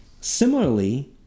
similarly